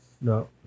No